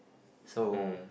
so